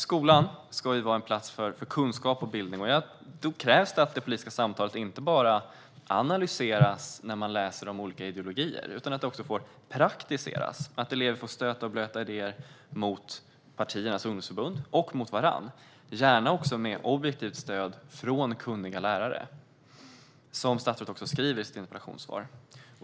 Skolan ska ju vara en plats för kunskap och bildning. Då krävs det att det politiska samtalet inte bara analyseras när man läser om olika ideologier utan också att det får praktiseras. Eleverna måste få stöta och blöta idéer mot partiernas ungdomsförbund och mot varandra, gärna också med objektivt stöd från kunniga lärare, som statsrådet också skriver i sitt interpellationssvar.